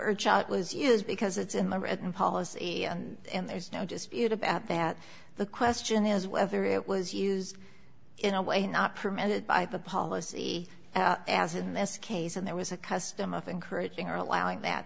used because it's in the written policy and there's no dispute about that the question is whether it was used in a way not permitted by the policy as in this case and there was a custom of encouraging or allowing that